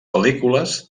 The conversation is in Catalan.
pel·lícules